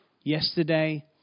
Yesterday